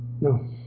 No